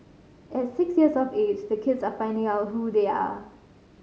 at six years of age the kids are finding out who they are